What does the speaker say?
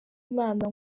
imana